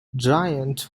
giant